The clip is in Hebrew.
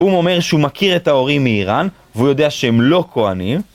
הוא אומר שהוא מכיר את ההורים מאיראן, והוא יודע שהם לא כוהנים.